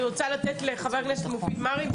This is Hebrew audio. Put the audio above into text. אני רוצה לתת לחה"כ מופיד מרעי,